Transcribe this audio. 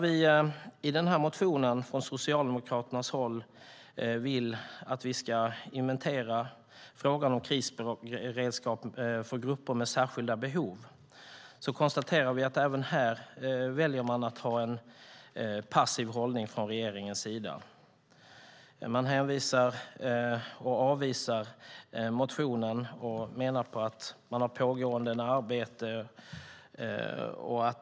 I den här motionen vill vi socialdemokrater att vi ska inventera frågan om krisberedskap för grupper med särskilda behov. Vi konstaterar att även här väljer regeringen att ha en passiv hållning. Man avvisar motionen och menar att man har ett pågående arbete.